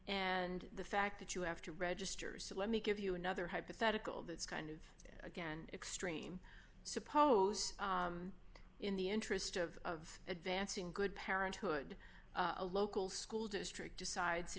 and the fact that you have to register so let me give you another hypothetical that's kind of again extreme suppose in the interest of advancing good parenthood a local school district decides that